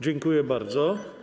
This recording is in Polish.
Dziękuję bardzo.